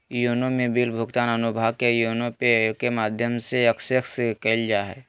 YONO में bill भुगतान अनुभाग के योनो पे के माध्यम से एक्सेस कइल जा हइ